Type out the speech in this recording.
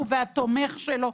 הוא והתומך שלו.